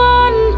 one